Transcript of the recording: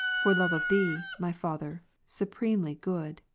for love of thee, my father, supremely good.